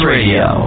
Radio